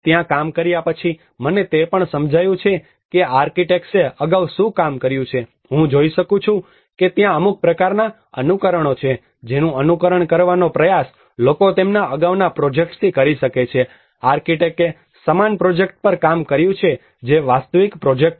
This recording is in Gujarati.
ત્યાં કામ કર્યા પછી મને તે પણ સમજાયું છે કે આ આર્કિટેક્ટ્સે અગાઉ શું કામ કર્યું છે હું જોઈ શકું છું કે ત્યાં અમુક પ્રકારના અનુકરણો છે જેનું અનુકરણ કરવાનો પ્રયાસ લોકો તેમના અગાઉના પ્રોજેક્ટ્સથી કરી શકે છે આર્કિટેક્ટે સમાન પ્રોજેક્ટ પર કામ કર્યું છે જે વાસ્તવિક પ્રોજેક્ટ છે